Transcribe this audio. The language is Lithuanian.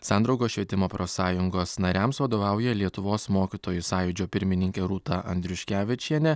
sandraugos švietimo profsąjungos nariams vadovauja lietuvos mokytojų sąjūdžio pirmininkė rūta andriuškevičienė